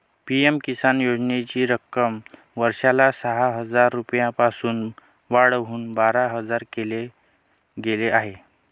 PM Kisan योजनेची रक्कम वर्षाला सहा हजार रुपयांपासून वाढवून बारा हजार केल गेलं आहे